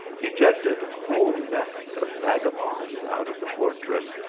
ejected whole nests of vagabonds out of the fortress,